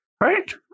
Right